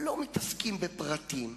לא מתעסקים בפרטים,